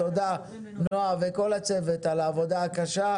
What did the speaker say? תודה נועה וכל הצוות על העבודה הקשה.